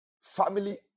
family